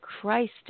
Christ